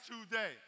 today